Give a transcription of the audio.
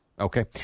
Okay